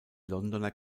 londoner